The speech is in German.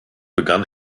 begann